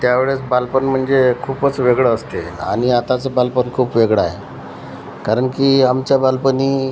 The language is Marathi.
त्यावेळेस बालपण म्हणजे खूपच वेगळं असते आणि आताचं बालपण खूप वेगळं आहे कारण की आमच्या बालपणी